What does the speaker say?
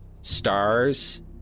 stars